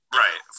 right